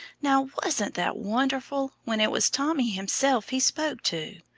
now wasn't that wonderful, when it was tommy himself he spoke to!